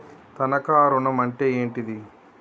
తనఖా ఋణం అంటే ఏంటిది?